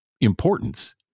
importance